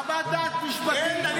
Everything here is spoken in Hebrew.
חוות דעת משפטית, בבקשה.